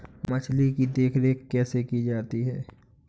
मछली की देखरेख कैसे की जाती है?